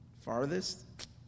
farthest